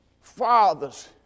fathers